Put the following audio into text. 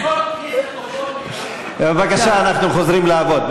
הנחות בלי, בבקשה, אנחנו חוזרים לעבוד.